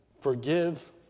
forgive